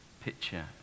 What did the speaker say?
picture